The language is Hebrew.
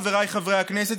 חבריי חברי הכנסת,